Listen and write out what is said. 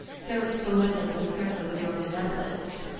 don't belittle the circle of your benevolence.